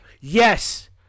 Yes